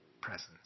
presence